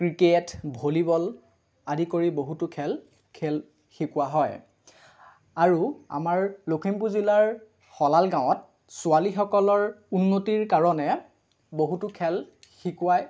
cricket volleyball আদি কৰি বহুতো খেল খেল শিকোৱা হয় আৰু আমাৰ লখিমপুৰ জিলাৰ সলাল গাঁৱত ছোৱালীসকলৰ উন্নতিৰ কাৰণে বহুতো খেল শিকাৱায়